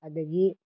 ꯑꯗꯒꯤ